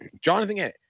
jonathan